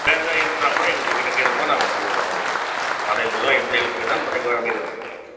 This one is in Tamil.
வேறு எதா ஹெல்ப்னா கூட எங்கள்கிட்ட கேளுங்கம்மா நாங்கள் பண்ணித்தரோம் உங்களுக்கு காலேஜ்லருந்து எந்த ஹெல்ப் கேட்டாலும் பண்ணி பண்ணி கொடுக்குறோம்மா